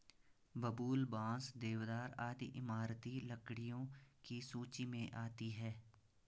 बबूल, बांस, देवदार आदि इमारती लकड़ियों की सूची मे आती है